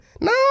No